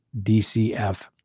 DCF